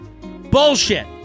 Bullshit